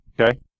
Okay